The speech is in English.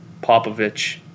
Popovich